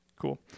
Cool